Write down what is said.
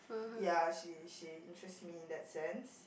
ya she she interests me in that sense